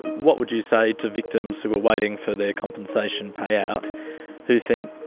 what would you say to victims who are waiting for their compensation payout who think,